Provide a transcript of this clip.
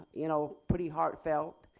you know pretty heartfelt,